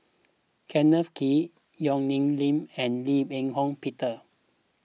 Kenneth Kee Yong Nyuk Lin and Lim Eng Hock Peter